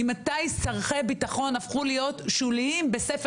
ממתי סרחי ביטחון הפכו להיות שוליים בספר